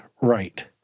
right